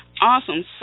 Awesome